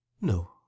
No